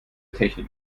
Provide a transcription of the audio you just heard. technik